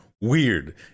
weird